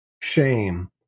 shame